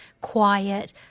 quiet